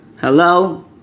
Hello